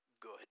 good